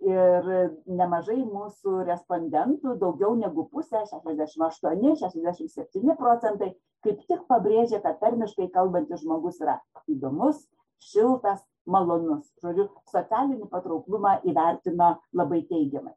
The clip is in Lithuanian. ir nemažai mūsų respondentų daugiau negu pusė šešiasdešimt aštuoni šešiasdešimt septyni procentai kaip tik pabrėžė kad tarmiškai kalbantis žmogus yra įdomus šiltas malonus žodžiu socialinį patrauklumą įvertino labai teigiamai